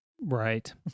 Right